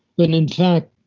but in in fact